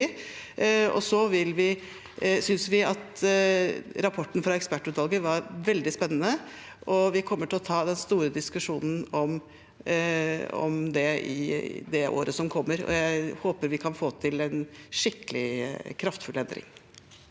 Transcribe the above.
rapporten fra ekspertutvalget er veldig spennende, og vi kommer til å ta den store diskusjonen om dette i det året som kommer. Jeg håper vi kan få til en skikkelig kraftfull endring.